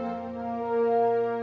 so